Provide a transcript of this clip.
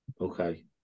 okay